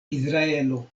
izraelo